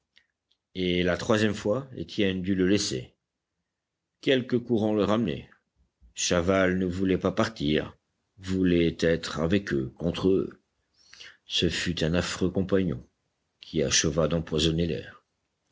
et la troisième fois étienne dut le laisser quelque courant le ramenait chaval ne voulait pas partir voulait être avec eux contre eux ce fut un affreux compagnon qui acheva d'empoisonner l'air